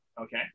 Okay